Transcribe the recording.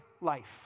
life